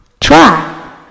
Try